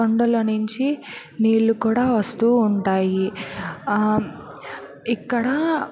కొండల నుంచి నీళ్ళు కూడా వస్తూ ఉంటాయి ఇక్కడ